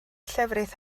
llefrith